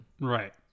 Right